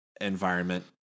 environment